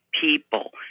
people